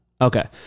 Okay